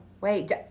Wait